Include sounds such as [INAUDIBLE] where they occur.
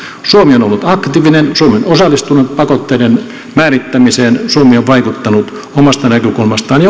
suomi on ollut aktiivinen suomi on osallistunut pakotteiden määrittämiseen suomi on vaikuttanut omasta näkökulmastaan [UNINTELLIGIBLE]